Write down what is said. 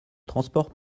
transport